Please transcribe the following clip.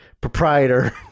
proprietor